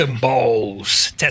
balls